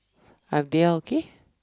are they all okay